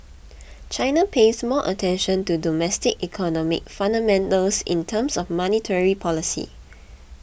China pays more attention to domestic economic fundamentals in terms of monetary policy